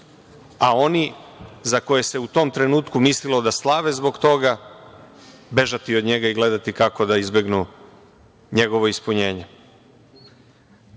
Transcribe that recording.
a oni za koje se u tom trenutku mislilo da slave zbog toga, bežati od njega i gledati kako da izbegnu njegovo ispunjenje. Rekao